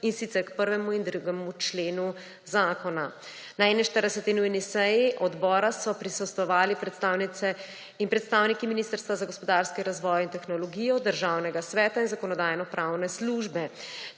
in sicer k 1. in 2. členu zakona. Na 41. nujni seji odbora so prisostvovali predstavnice in predstavniki Ministrstva za gospodarski razvoj in tehnologijo, Državnega sveta in Zakonodajno-pravne službe